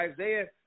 Isaiah